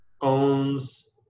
owns